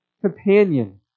companion